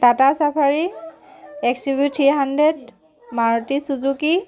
Tata safari XUV three hundred Maruti Suzuki